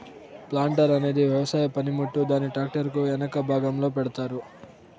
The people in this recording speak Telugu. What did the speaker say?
ప్లాంటార్ అనేది వ్యవసాయ పనిముట్టు, దీనిని ట్రాక్టర్ కు ఎనక భాగంలో పెడతారు